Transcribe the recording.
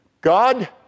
God